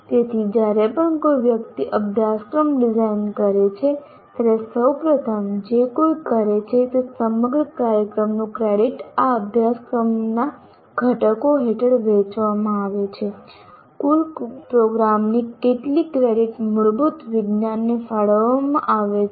તેથી જ્યારે પણ કોઈ વ્યક્તિ અભ્યાસક્રમ ડિઝાઇન કરે છે ત્યારે સૌપ્રથમ જે કોઈ કરે છે તે સમગ્ર કાર્યક્રમનો ક્રેડિટ આ અભ્યાસક્રમના ઘટકો હેઠળ વહેંચવામાં આવે છે કુલ પ્રોગ્રામની કેટલી ક્રેડિટ મૂળભૂત વિજ્ઞાનનને ફાળવવામાં આવે છે